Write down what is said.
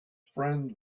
friend